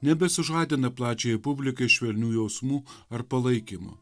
nebesužadina plačiajai publikai švelnių jausmų ar palaikymo